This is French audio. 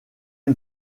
une